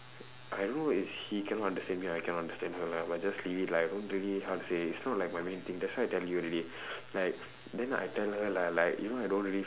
I don't know is she cannot understand me or I cannot understand her lah but just leave it lah I don't really like how to say it's not like my main thing that's why I tell you already like then I tell her lah like you know I don't really